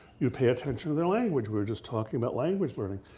you pay attention to their language. we were just talking about language learning.